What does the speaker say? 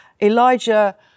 Elijah